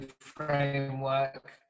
framework